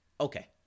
Okay